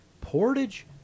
portage